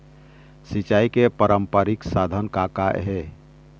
सिचाई के पारंपरिक साधन का का हे?